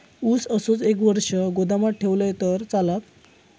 ऊस असोच एक वर्ष गोदामात ठेवलंय तर चालात?